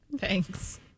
Thanks